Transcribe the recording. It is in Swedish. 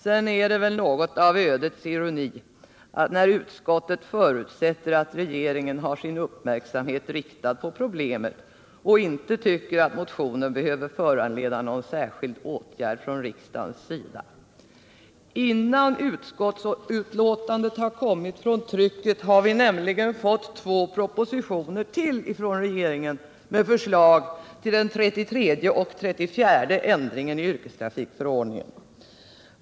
Sedan är det väl något av en ödets ironi att utskottet förutsätter att regeringen har sin uppmärksamhet riktad på problemet och inte tycker att motionen behöver föranleda någon särskild åtgärd från riksdagens sida. Innan utskottsbetänkandet har kommit från trycket har vi fått två propositioner till från regeringen med förslag till den 33:e och 34:e ändringen i yrkestrafikförordningen.